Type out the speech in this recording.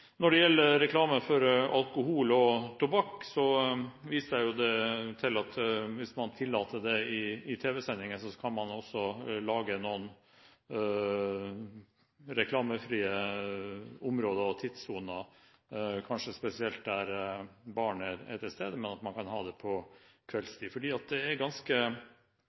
at hvis man tillater det i tv-sendinger, kan man også lage noen reklamefrie områder og tidssoner, kanskje spesielt når barn er til stede, men at man kan ha det på kveldstid. Det er ganske